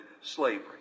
slavery